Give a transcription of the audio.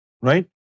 right